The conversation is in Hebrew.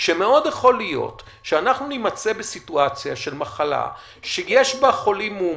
שמאוד יכול להיות שאנחנו נימצא בסיטואציה של מחלה שיש בה חולים מאומתים,